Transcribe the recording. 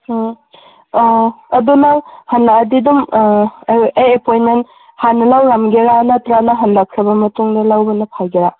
ꯑꯥ ꯑꯥ ꯑꯗꯣ ꯅꯪ ꯍꯜꯂꯛꯑꯗꯤ ꯑꯗꯨꯝ ꯑꯩ ꯑꯦꯄꯣꯏꯟꯃꯦꯟ ꯍꯥꯟꯅ ꯂꯧꯔꯝꯒꯦꯔꯥ ꯅꯠꯇ꯭ꯔꯒꯅ ꯅꯪ ꯍꯜꯂꯛꯈ꯭ꯔꯕ ꯃꯇꯨꯡꯗ ꯂꯧꯕꯅ ꯐꯒꯦꯔꯥ